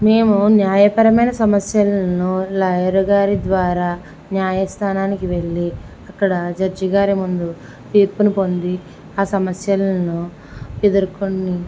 మేము న్యాయపరమైన సమస్యలను లాయర్ గారి ద్వారా న్యాయస్థానానికి వెళ్ళి అక్కడ జడ్జి గారి ముందు తీర్పును పొంది ఆ సమస్యలను ఎదురుకొని